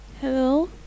Hello